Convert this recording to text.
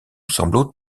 semble